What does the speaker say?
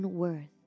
worth